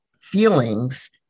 feelings